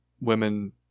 women